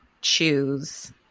choose